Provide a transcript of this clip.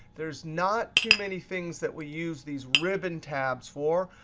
there's not too many things that we use these ribbon tabs for,